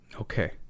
okay